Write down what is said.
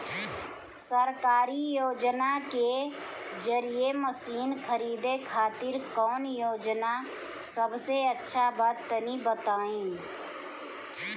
सरकारी योजना के जरिए मशीन खरीदे खातिर कौन योजना सबसे अच्छा बा तनि बताई?